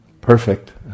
Perfect